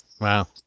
wow